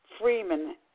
Freeman